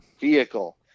vehicle